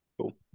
Cool